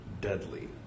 deadly